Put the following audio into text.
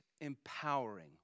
empowering